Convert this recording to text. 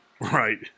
right